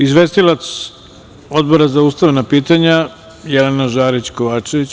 izvestilac Odbora za ustavna pitanja Jelena Žarić Kovačević.